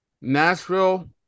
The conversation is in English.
Nashville